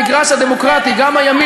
במגרש שבו,